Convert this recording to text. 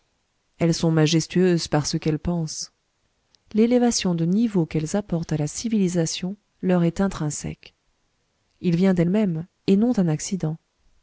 elles sont majestueuses par ce qu'elles pensent l'élévation de niveau qu'elles apportent à la civilisation leur est intrinsèque il vient d'elles-mêmes et non d'un accident